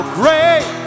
great